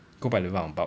go by the roundabout